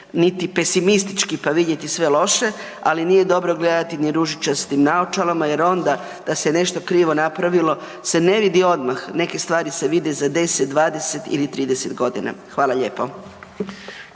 niti pesimistički pa vidjeti sve loše, ali nije dobro gledati ni ružičastim naočalama jer onda, da se nešto krivo napravilo se ne vidi odmah. Neke stvari se vide za 10, 20 ili 30 godina. Hvala lijepo.